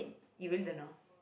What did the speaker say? you really don't know